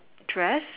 dress